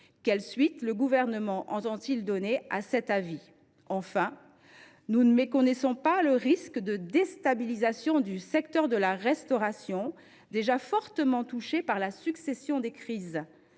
Quelle suite le Gouvernement entend il donner à cet avis ? Enfin, nous ne méconnaissons pas le risque de déstabilisation du secteur de la restauration, déjà fortement touché par la succession des crises,